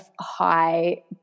high